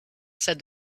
said